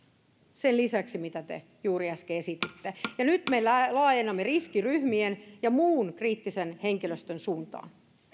sen lisäksi mitä te juuri äsken esititte nyt me laajennamme riskiryhmien ja muun kriittisen henkilöstön suuntaan